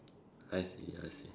I see I see